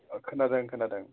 औ खोनादों खोनादों